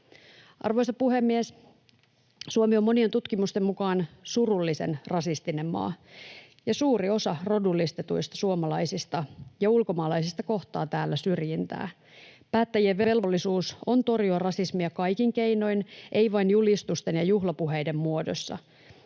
Arvoisa puhemies! Suomi on monien tutkimusten mukaan surullisen rasistinen maa, ja suuri osa rodullistetuista suomalaisista ja ulkomaalaisista kohtaa täällä syrjintää. Päättä-jien velvollisuus on torjua rasismia kaikin keinoin, ei vain julistusten ja juhlapuheiden muodossa.